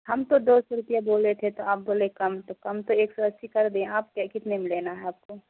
ہم تو دو سو روپیہ بولے تھے تو آپ بولے کم تو کم تو ایک سو اسّی کر دیے آپ کیا کتنے میں لینا ہے آپ کو